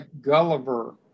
Gulliver